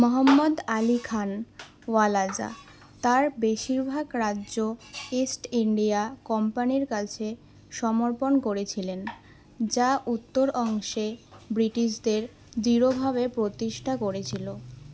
মহম্মদ আলি খান ওয়ালাজা তার বেশিরভাগ রাজ্য ইস্ট ইন্ডিয়া কোম্পানির কাছে সমর্পণ করেছিলেন যা উত্তর অংশে ব্রিটিশদের দৃঢ়ভাবে প্রতিষ্ঠা করেছিলো